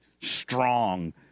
strong